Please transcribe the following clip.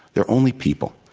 there are only people.